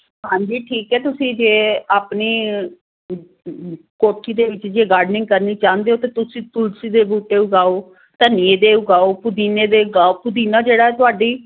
ਹਾਂਜੀ ਠੀਕ ਹੈ ਤੁਸੀਂ ਜੇ ਆਪਣੀ ਕੋਠੀ ਦੇ ਵਿੱਚ ਜੇ ਗਾਰਡਨਿੰਗ ਕਰਨੀ ਚਾਹੁੰਦੇ ਹੋ ਤਾਂ ਤੁਸੀਂ ਤੁਲਸੀ ਦੇ ਬੂਟੇ ਉਗਾਓ ਧਨੀਏ ਦੇ ਉਗਾਓ ਪੁਦੀਨੇ ਦੇ ਉਗਾਓ ਪੁਦੀਨਾ ਜਿਹੜਾ ਤੁਹਾਡੀ